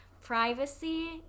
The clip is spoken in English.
privacy